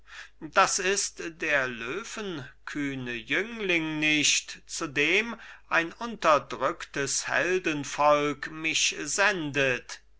das ist der löwenkühne jüngling nicht zu dem ein unterdrücktes heldenvolk mich sendet